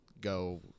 go